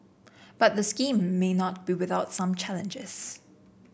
but the scheme may not be without some challenges